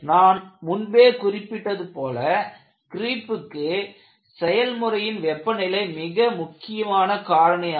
நான் முன்பே குறிப்பிட்டது போல க்ரீப்க்கு செயல்முறையின் வெப்பநிலை மிக முக்கியமான காரணியாகும்